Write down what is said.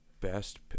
best